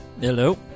hello